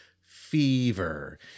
Fever